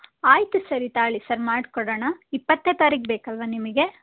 ಆಯಿತು ಸರಿ ತಾಳಿ ಸರ್ ಮಾಡಿಕೊಡೋಣ ಇಪ್ಪತ್ತನೇ ತಾರೀಕು ಬೇಕಲ್ವಾ ನಿಮಗೆ